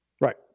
Right